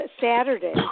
Saturday